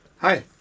Hi